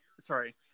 sorry